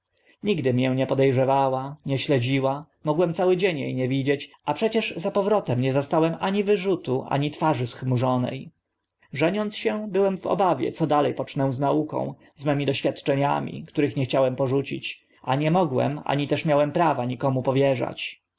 nigdy mię nie pode rzewała nie śledziła mogłem cały dzień e nie widzieć a przecież za powrotem nie zastałem ani wyrzutu ani twarzy schmurzone żeniąc się byłem w obawie co dale pocznę z nauką z mymi doświadczeniami których nie chciałem porzucić a nie mogłem ani też miałem prawa nikomu powierzać